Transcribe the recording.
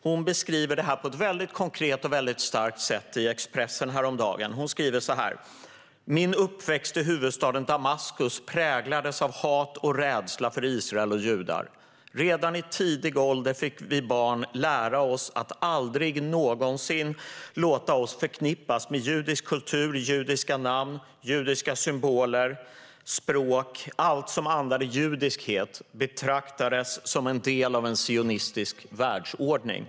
Hon beskrev detta på ett väldigt konkret och starkt sätt i Expressen häromdagen: "Min uppväxt i huvudstaden Damaskus präglades av hat och rädsla för Israel och judar. Redan i tidig ålder fick vi barn lära oss att aldrig någonsin låta oss förknippas med judisk kultur. Judiska namn, symboler, språk, allt som andades judiskhet betraktades som en del av en sionistisk världsordning."